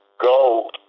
go